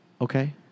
Okay